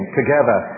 together